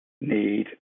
need